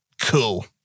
Cool